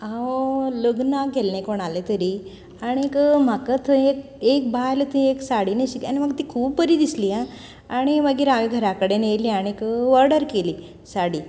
हांव लग्नाक गेल्लें कोणाल्या तरी आनीक म्हाका थंय एक एक बायल थंय एक साडी न्हेशिल्ली आनी म्हाका ती खूब बरी दिसली आं आनी मागीर हांवें घरा कडेन येयलें आनीक वर्डर केली साडी